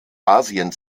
asien